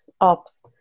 ops